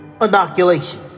inoculation